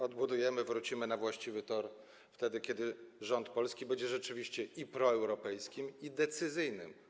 Odbudujemy to, wrócimy na właściwy tor wtedy, kiedy rząd polski będzie rzeczywiście rządem i proeuropejskim, i decyzyjnym.